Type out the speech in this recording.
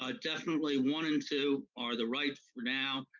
ah definitely one and two are the right for now,